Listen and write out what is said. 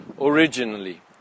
originally